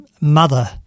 mother